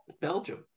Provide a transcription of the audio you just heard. Belgium